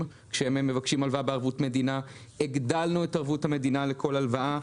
כשהם מבקשים הלוואה בערבות מדינה והגדלנו את ערבות המדינה לכל הלוואה.